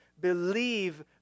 Believe